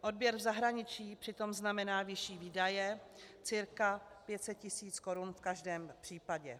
Odběr v zahraničí přitom znamená vyšší výdaje cca 500 tisíc korun v každém případě.